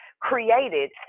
created